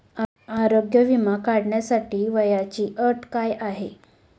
आरोग्य विमा काढण्यासाठी वयाची अट काय आहे?